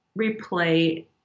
replay